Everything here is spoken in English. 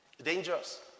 Dangerous